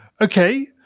Okay